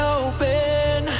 open